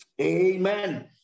Amen